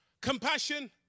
compassion